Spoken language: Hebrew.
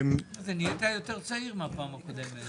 מה קורה ברוויה?